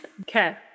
okay